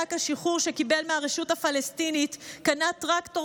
במענק השחרור שקיבל מהרשות הפלסטינית קנה טרקטור